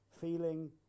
Feeling